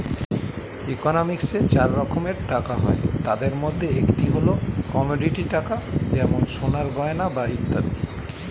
ইকোনমিক্সে চার রকম টাকা হয়, তাদের মধ্যে একটি হল কমোডিটি টাকা যেমন সোনার গয়না বা ইত্যাদি